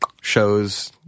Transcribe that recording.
shows